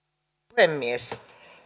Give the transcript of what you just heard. puhemies